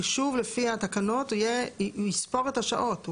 החישוב לפי התקנות יהיה הוא יספור את השעות.